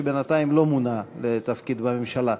שבינתיים לא מונה לתפקיד בממשלה.